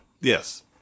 yes